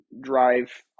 drive